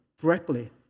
directly